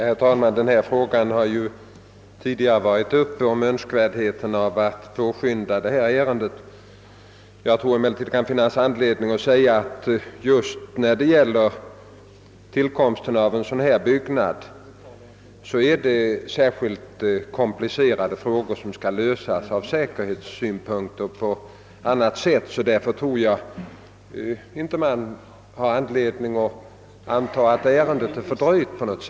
Herr talman! Frågan om påskyndandet av detta ärende har tidigare varit aktuell. Vid tillkomsten av en byggnad av detta slag är det emellertid speciellt komplicerade säkerhetsoch andra problem som måste lösas, och därför finns det ingen anledning anta att ärendet har blivit fördröjt i onödan.